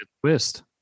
twist